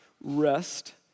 rest